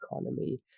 economy